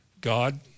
God